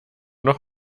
noch